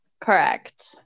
correct